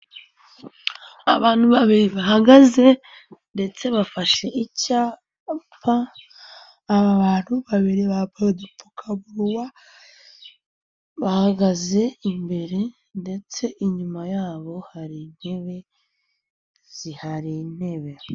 Abantu babiri bahagaze ndetse bafashe icyapa, aba bantu babiri bambaye udupfukamunwa, bahagaze imbere ndetse inyuma yabo hari intebe.